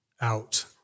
out